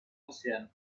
ocean